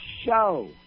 show